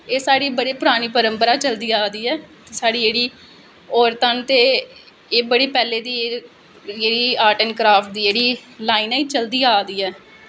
एह् साढ़ी बड़ी परानी परंपरा चलदी अवा दी ऐ साढ़ी जेह्ड़ी औरतां न ते एह् बड़ा पैह्लें दी एह् आर्ट ऐंड़ क्राप्ट दी जेह्ड़ी लाइन ऐ एह् चलदी आवा दी ऐ